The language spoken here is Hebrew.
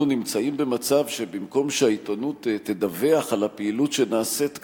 אנחנו נמצאים במצב שבמקום שהעיתונות תדווח על הפעילות שנעשית כאן,